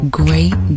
great